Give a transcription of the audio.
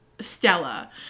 Stella